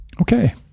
Okay